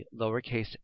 lowercase